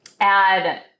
add